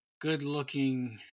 good-looking